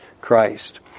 Christ